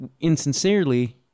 insincerely